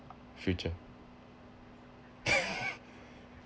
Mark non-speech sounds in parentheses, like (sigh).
future (laughs)